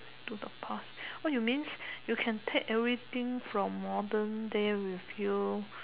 to the past what you means you can take everything from modern day with you